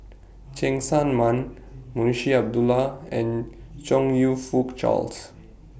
Cheng Tsang Man Munshi Abdullah and Chong YOU Fook Charles